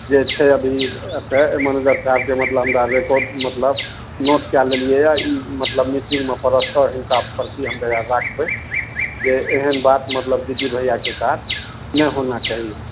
जे छै अभी एतऽ मैनेजर साहबके मतलब हमरा रिकॉर्ड मतलब नोट कए लेलियै यऽ ई मतलब मीटिङ्गमे प्रस्ताव हिनका प्रति हम राखबय जे एहन बात मतलब दीदी भैयाके साथ नहि होना चाही